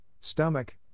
stomach